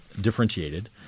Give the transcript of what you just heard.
differentiated